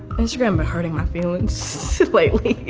instagram been hurting my feelings lately.